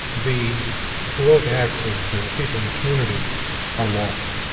the heroic acts of the people in the community are lost.